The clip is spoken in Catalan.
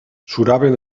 suraven